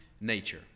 nature